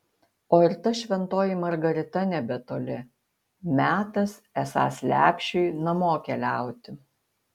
o ir ta šventoji margarita nebetoli metas esąs lepšiui namo keliauti